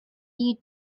you